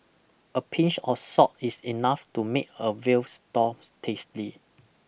a pinch of salt is enough to make a veal store tasty